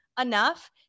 enough